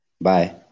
Bye